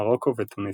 מרוקו ותוניסיה.